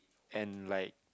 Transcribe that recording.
and like